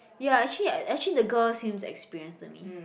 ya actually actually the girl seems experienced to me